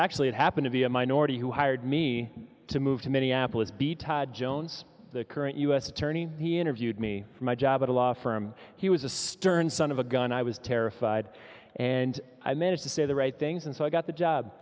actually it happened of the minority who hired me to move to minneapolis b todd jones the current u s attorney he interviewed me for my job at a law firm he was a stern son of a gun i was terrified and i managed to say the right things and so i got the job